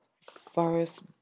first